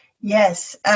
Yes